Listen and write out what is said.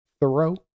thorough